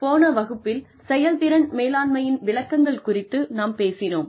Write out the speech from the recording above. போன வகுப்பில் செயல்திறன் மேலாண்மையின் விளக்கங்கள் குறித்து நாம் பேசினோம்